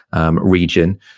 region